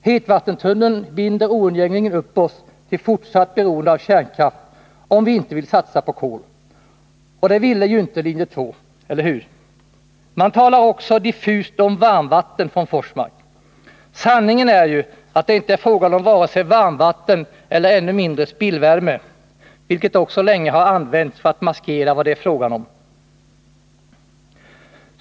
Hetvattentunneln binder oundgängligen upp oss till fortsatt beroende av kärnkraft, om vi inte vill satsa på kol. Och det ville ju inte linje 2, eller hur? Man talar också diffust om varmvatten från Forsmark. Sanningen är ju att det inte är fråga om vare sig varmvatten eller ännu mindre om spillvärme, vilket också länge har använts för att maskera vad det är fråga om.